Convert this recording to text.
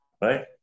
right